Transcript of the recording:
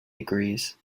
degrees